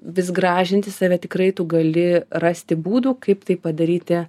vis gražinti save tikrai tu gali rasti būdų kaip tai padaryti